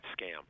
scam